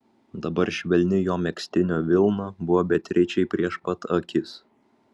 dabar švelni jo megztinio vilna buvo beatričei prieš pat akis